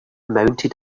mounted